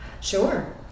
Sure